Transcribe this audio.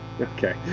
Okay